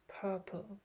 purple